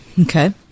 Okay